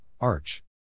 arch